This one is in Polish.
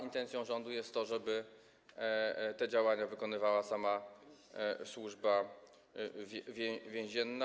Intencją rządu jest to, żeby te działania wykonywała sama Służba Więzienna.